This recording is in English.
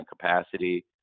capacity